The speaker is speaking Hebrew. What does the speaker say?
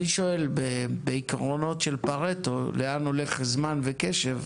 אני שואל, בעקרונות של פארטו, לאן הולך זמן וקשב?